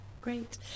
Great